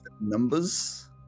numbers